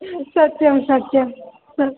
सत्यं सत्यं